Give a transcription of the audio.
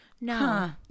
no